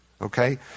okay